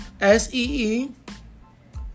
S-E-E